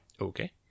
Okay